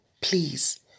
please